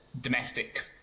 domestic